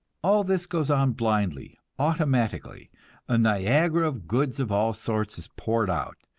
all this goes on blindly, automatically a niagara of goods of all sorts is poured out,